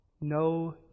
no